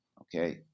Okay